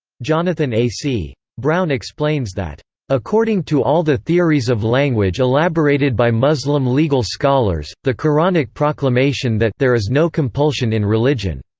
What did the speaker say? jonathan a c. brown explains that according to all the theories of language elaborated by muslim legal scholars, the qur'anic proclamation that there is no compulsion in religion.